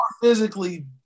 physically